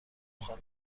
خانم